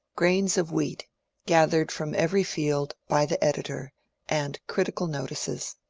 grains of wheat gathered from every field, by the editor and critical notices.